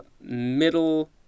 middle